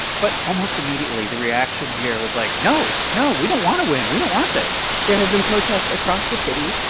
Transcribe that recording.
but almost immediately, the reaction here was like, no, no, we don't want to win. we don't want this there have been protests across the city,